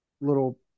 little